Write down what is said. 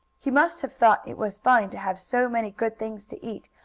he must have thought it was fine to have so many good things to eat,